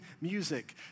music